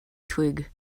twig